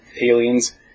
Aliens